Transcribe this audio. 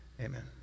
Amen